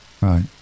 Right